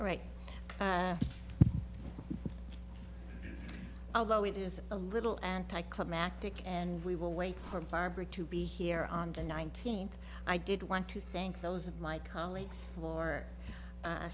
right although it is a little anti climactic and we will wait for barbara to be here on the nineteenth i did want to thank those of my colleagues for u